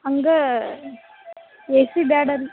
ಹಂಗಾ ಎಸಿ ಬ್ಯಾಡ ರೀ